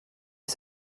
est